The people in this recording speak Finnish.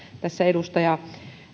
edustaja